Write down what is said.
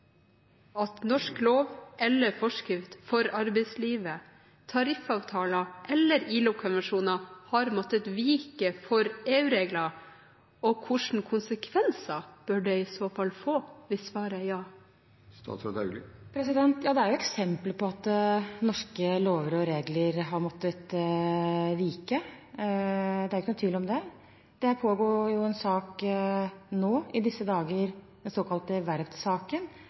at norsk lov eller forskrift for arbeidslivet, tariffavtaler eller ILO-konvensjoner har måttet vike for EU-regler, og hvilke konsekvenser bør det i så fall få hvis svaret er ja? Ja, det er eksempler på at norske lover og regler har måttet vike. Det er ikke noen tvil om det. Det pågår en sak nå i disse dager, den såkalte verftssaken,